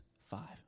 five